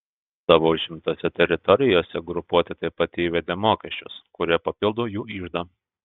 savo užimtose teritorijose grupuotė taip pat įvedė mokesčius kurie papildo jų iždą